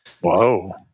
Whoa